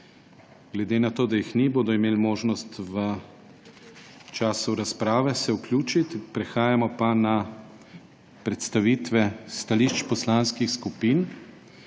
Glede na to, da jih ni, se bodo imeli možnost v času razprave vključiti. Prehajamo na predstavitve stališč poslanskih skupin.